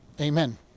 amen